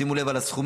שימו לב לסכומים,